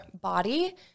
body